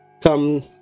come